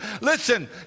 Listen